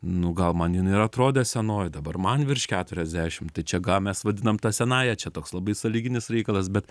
nu gal man jin ir atrodė senoji dabar man virš keturiasdešim tai čia gal mes vadinam ta senąja čia toks labai sąlyginis reikalas bet